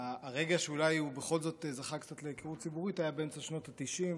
הרגע שהוא אולי בכל זאת זכה קצת להיכרות ציבורית היה באמצע שנות התשעים.